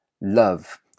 Love